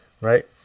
right